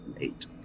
eight